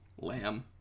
lamb